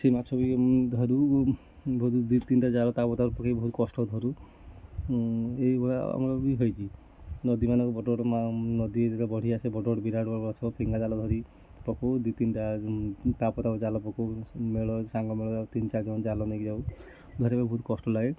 ସେଇ ମାଛ ବି ଧରୁ ବହୁତ ଦୁଇ ତିନିଟା ଜାଲ ତା ବତାରେ ପକେଇକି ବହୁତ କଷ୍ଟରେ ଧରୁ ଏଇ ଭଳିଆ ଆମର ବି ହୋଇଛି ନଦୀମାନଙ୍କୁ ବଡ଼ ବଡ଼ ନଦୀ ଯେତେବେଳେ ବଢ଼ି ଆସେ ବଡ଼ ବଡ଼ ବିରାଟ ବଡ଼ ସବୁ ଫିଙ୍ଗା ଜାଲ ଧରିକି ପକଉ ଦୁଇ ତିନି ଟା ତାପରେ ତାପରେ ଜାଲ ପକଉ ମେଳ ସାଙ୍ଗ ମେଳ ତିନି ଚାରି ଜଣ ଜାଲ ନେଇକି ଯାଉ ଧରିବାକୁ ବହୁତ କଷ୍ଟଲାଗେ